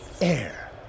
air